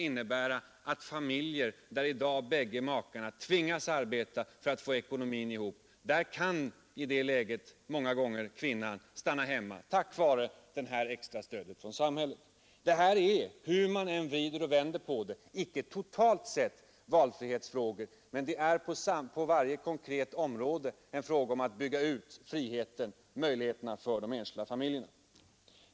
I familjer, där i dag bägge makarna tvingas arbeta för att få ekonomin att gå ihop, skulle kvinnan många gånger kunna stanna hemma tack vare detta extra stöd från samhället. Hur man än vrider och vänder på detta, är det en fråga om valfrihet — inte totalt, men på varje konkret område en fråga om att bygga ut friheten och möjligheterna för de enskilda familjerna.